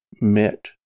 met